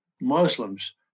Muslims